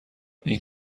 این